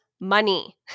money